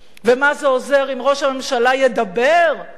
ומה זה עוזר אם ראש הממשלה ידבר על